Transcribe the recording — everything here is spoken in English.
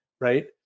right